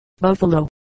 Buffalo